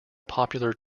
popular